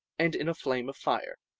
and in a flame of fire,